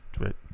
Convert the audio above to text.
Right